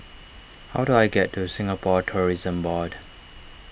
how do I get to Singapore Tourism Board